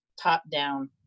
top-down